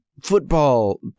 Football